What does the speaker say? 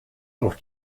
auf